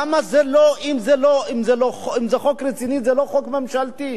למה זה לא, אם זה חוק רציני, זה לא חוק ממשלתי.